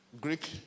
Greek